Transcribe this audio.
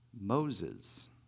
Moses